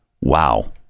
Wow